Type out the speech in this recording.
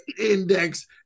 index